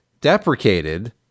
deprecated